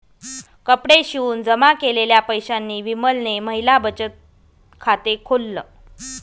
कपडे शिवून जमा केलेल्या पैशांनी विमलने महिला बचत खाते खोल्ल